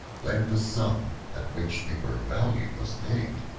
when the sum at which they were valued was named,